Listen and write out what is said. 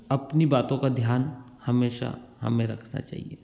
अपनी बातों का ध्यान हमेशा हमें रखना चाहिए